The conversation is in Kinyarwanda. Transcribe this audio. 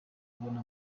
kubona